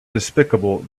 despicable